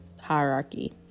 hierarchy